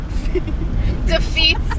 Defeats